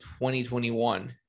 2021